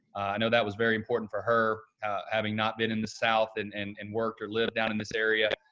i know that was very important for her having not been in the south and and and worked or lived down in this area,